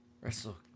Wrestle